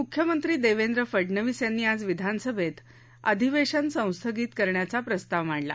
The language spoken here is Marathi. म्ख्यमंत्री देवेंद्र फडणवीस यांनी आज विधानसभेत अधिवेशन संस्थगित करण्याचा प्रस्ताव मांडला